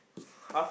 half